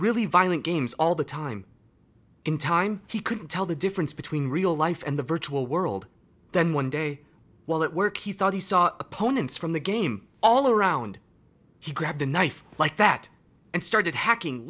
really violent games all the time in time he couldn't tell the difference between real life and the virtual world then one day while at work he thought he saw opponents from the game all around he grabbed a knife like that and started hacking